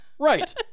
Right